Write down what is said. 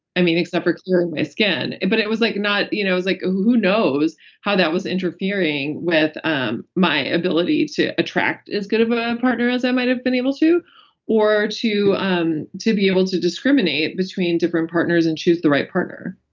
i mean except for clearing my skin, but it was like not, you know like who knows how that was interfering with um my ability to attract as good of a partner as i might have been able to or to um to be able to discriminate between different partners and choose the right partner